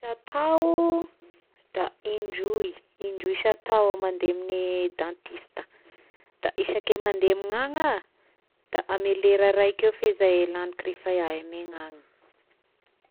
Isa-tao da indroy, indroy isa-tao iaho mandeha amign'ny dentista, da isaky mandeha amignany iah da amign'ny lera raiky fehizay laniko rehefa iaho io amignany.